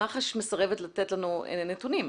מח"ש מסרבת לתת לנו נתונים,